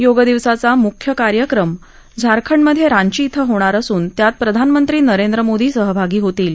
योग दिवसाचा मुख्य कार्यक्रम झारखंडमध्ये रांची इथं होणार असून त्यात प्रधानमंत्री नरेंद्र मोदी सहभागी होतील